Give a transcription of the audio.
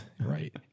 right